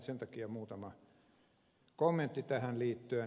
sen takia muutama kommentti tähän liittyen